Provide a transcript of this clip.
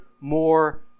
more